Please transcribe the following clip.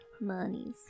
monies